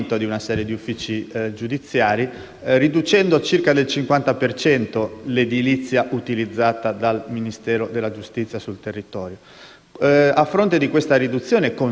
riducendo di circa il 50 per cento l'edilizia utilizzata dal Ministero del giustizia sul territorio. A fronte di questa riduzione consistente abbiamo